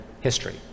history